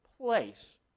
place